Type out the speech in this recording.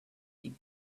eat